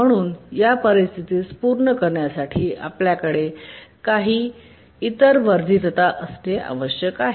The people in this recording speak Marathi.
म्हणूनच या परिस्थितीस पूर्ण करण्यासाठी आपल्याकडे काही इतर वर्धितता असणे आवश्यक आहे